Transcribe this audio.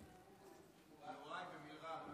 יוראי במלרע, לא